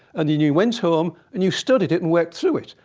and then you went home and you studied it and worked through it.